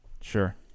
Sure